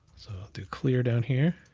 do clear down here,